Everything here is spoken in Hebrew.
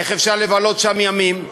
איך אפשר לבלות שם ימים?